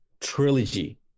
trilogy